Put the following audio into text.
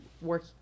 work